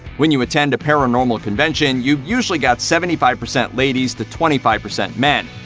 when you attend a paranormal convention, you've usually got seventy five percent ladies to twenty five percent men.